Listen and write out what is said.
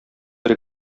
бер